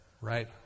right